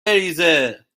بریزه